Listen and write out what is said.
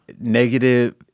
negative